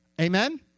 Amen